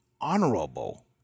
honorable